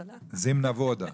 זימנבודה.